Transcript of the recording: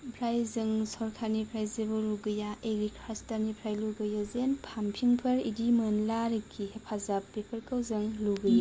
ओमफ्राय जों सरखारनिफ्राय जेबा लुगैया एग्रिकालसारनिफ्राय लुगैयो जेन फानफिनफोर इदि मोनब्ला आरखि हेफाजाब बेफोरखौ जों लुबैयो